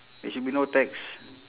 there should be no tax